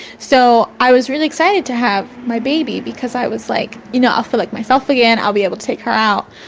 so i was really excited to have my baby because i was like you know i'll feel like myself again, i'll be able to take her out.